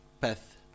path